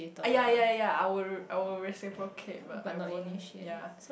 ya ya ya I will r~ I will reciprocate but I won't ya